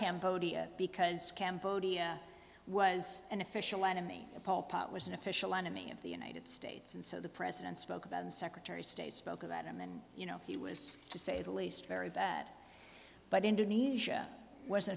cambodia because cambodia was an official enemy of pol pot was an official enemy of the united states and so the president spoke about him secretary of state spoke about him and you know he was to say the least very bad but indonesia was